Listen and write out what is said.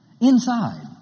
inside